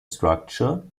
structure